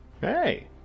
Hey